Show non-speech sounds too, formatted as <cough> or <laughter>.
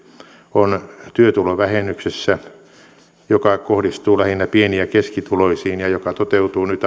on työtulovähennyksessä joka kohdistuu lähinnä pieni ja keskituloisiin ja joka toteutuu nyt <unintelligible>